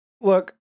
look